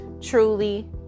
truly